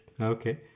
Okay